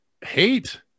hate